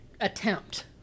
attempt